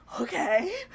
okay